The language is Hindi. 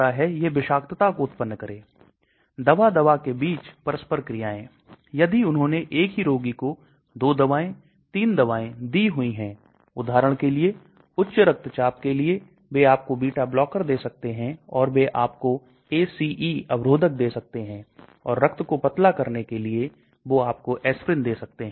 प्रसार के लिए इसके अनुकूल pH क्या है क्योंकि आप अम्लीय स्थिति में कुछ प्रसार होता हुआ देख सकते हैं और कुछ का छारीय स्थिति में बहुत तेजी से प्रसार होता है